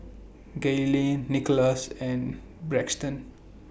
Gaylene Nikolas and Braxton